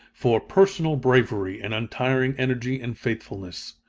for personal bravery and untiring energy and faithfulness.